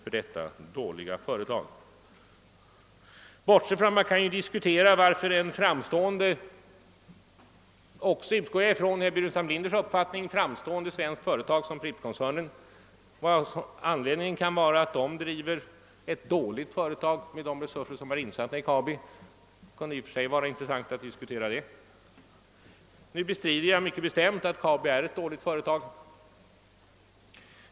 Man kan ju diskutera varför ett, antagligen också enligt herr Burenstam Linders uppfattning, framstående svenskt företag som Pripp-koncernen driver ett dåligt företag med insats av så stora resurser. Det kunde i och för sig vara intressant att diskutera den saken, men nu bestrider jag mycket bestämt att Kabi är ett dåligt företag.